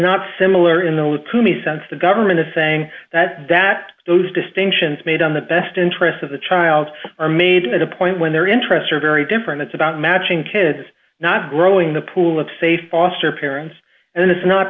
not similar in those to me since the government is saying that that those distinctions made on the best interests of the child are made at a point when their interests are very different it's about matching kids not growing the pool of say foster parents and it's not